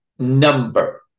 number